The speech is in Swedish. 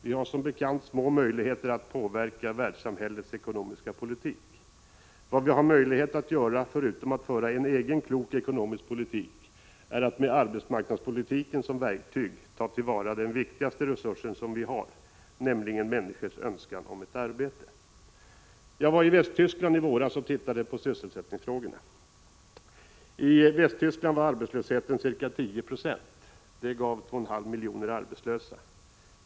Vi har som bekant små möjligheter att påverka världssamhällets ekonomiska politik. Vad vi har möjlighet att göra, förutom att föra en klok egen ekonomisk politik, är att med arbetsmarknadspolitiken som verktyg ta till vara den viktigaste resurs som vi har, nämligen människornas önskan om ett arbete. Jag var i Västtyskland i våras och studerade sysselsättningsfrågorna där. I Västtyskland var arbetslösheten ca 10 96, vilket betydde 2,5 miljoner arbetslösa.